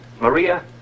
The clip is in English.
Maria